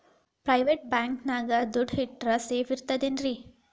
Private bank ನ್ಯಾಗ್ ದುಡ್ಡ ಇಟ್ರ ಸೇಫ್ ಇರ್ತದೇನ್ರಿ?